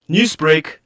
Newsbreak